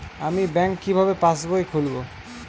আমি ব্যাঙ্ক কিভাবে পাশবই খুলব?